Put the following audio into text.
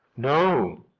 no.